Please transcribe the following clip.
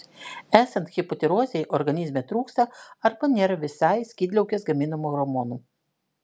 esant hipotirozei organizme trūksta arba visai nėra skydliaukės gaminamų hormonų